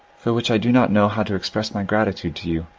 for which i do not know how to express my gratitude to you.